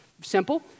simple